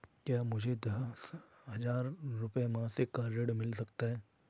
क्या मुझे दस हजार रुपये मासिक का ऋण मिल सकता है?